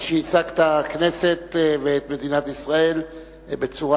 על שייצגת את הכנסת ואת מדינת ישראל בצורה